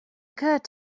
occurred